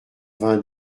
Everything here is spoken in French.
vingt